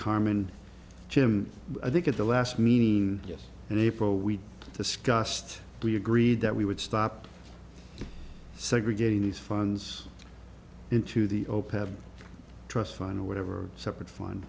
carmen jim i think at the last mean yes and april we discussed we agreed that we would stop segregating these funds into the open have trust fund whatever separate fun